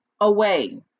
away